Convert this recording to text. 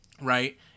Right